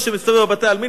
מי שמסתובב בבתי-עלמין,